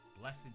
Blessed